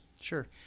Sure